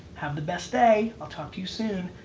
have the best day! i'll talk to you soon.